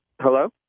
Hello